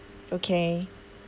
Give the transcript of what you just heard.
okay